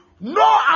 no